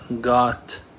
got